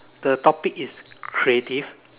the topic is creative